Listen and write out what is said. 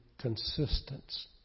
consistence